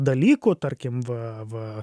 dalykų tarkim va va